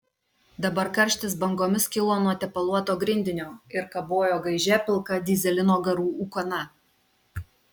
dabar karštis bangomis kilo nuo tepaluoto grindinio ir kabojo gaižia pilka dyzelino garų ūkana